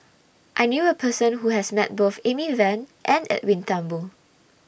I knew A Person Who has Met Both Amy Van and Edwin Thumboo